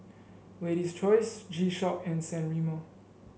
Lady's Choice G Shock and San Remo